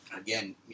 Again